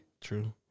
True